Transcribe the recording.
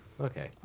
okay